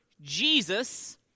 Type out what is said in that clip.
Jesus